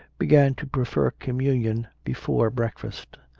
began to prefer communion before breakfast.